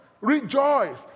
rejoice